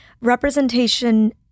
Representation